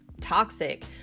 toxic